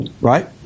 Right